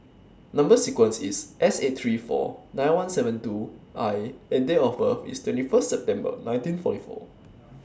Number sequence IS S eight three four nine one seven two I and Date of birth IS twenty First September nineteen forty four